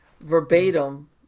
verbatim